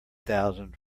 thousand